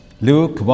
Luke